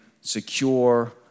secure